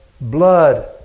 blood